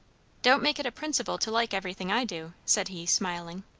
don't make it a principle to like everything i do, said he, smiling.